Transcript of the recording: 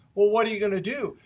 well, what are you going to do?